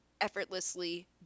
effortlessly